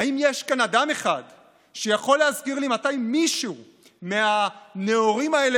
האם יש כאן אדם אחד שיכול להזכיר לי מתי מישהו מהנאורים האלה